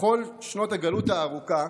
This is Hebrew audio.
בכל שנות הגלות הארוכה,